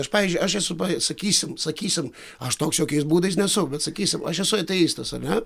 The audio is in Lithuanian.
aš pavyzdžiui aš esu sakysim sakysim aš toks jokiais būdais nesu bet sakysim aš esu ateistas ar ne